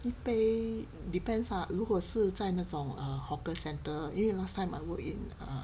一杯 depends ah 如果是在那种 err hawker centre 因为 last time I work in a